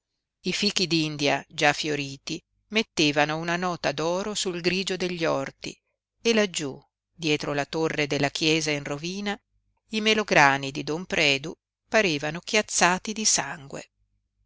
i fichi d'india già fioriti mettevano una nota d'oro sul grigio degli orti e laggiú dietro la torre della chiesa in rovina i melograni di don predu parevano chiazzati di sangue